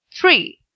Three